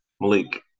Malik